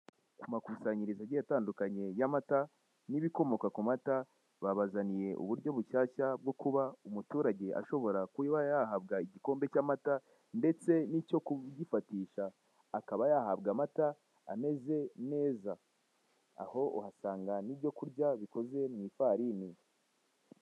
Amakusanyirizo agiye atandukanye y'amata n'ibikomoka ku mata. Babazaniye uburyo bushyashya bwo kuba umuturage ashobora kuba yahabwa igikombe cy'amata ndetse n'icyo kugifatisha, akaba yahabwa amata ameze neza. Aho uhasanga n'ibyo kurya bikoze mu ifarini.